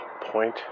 point